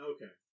Okay